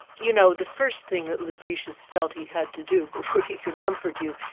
you know, the first thing that lucretius felt he had to do before he could comfort you,